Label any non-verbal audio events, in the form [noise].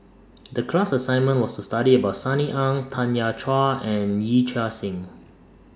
[noise] The class assignment was to study about Sunny Ang Tanya Chua and Yee Chia Hsing